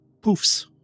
poofs